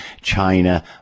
China